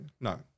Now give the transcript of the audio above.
no